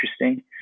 interesting